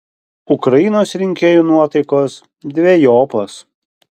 ukrainos rinkėjų nuotaikos dvejopos